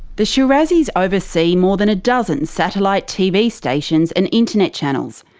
the shirazis oversee more than a dozen satellite tv stations and internet channels.